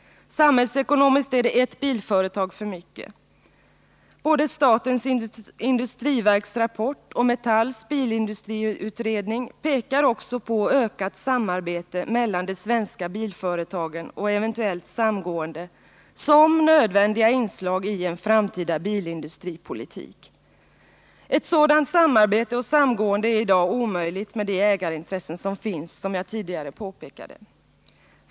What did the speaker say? Samhällsekonomiskt är det ett bilföretag för mycket. Båda statens industriverks rapport och Metalls bilindustriutredning pekar på ökat samarbete mellan de svenska bilföretagen och eventuellt samgående som nödvändiga inslag i en framtida bilindustripolitik. Ett sådant samarbete och samgående är i dag omöjligt med de ägarintressen som finns, som jag tidigare påpekade.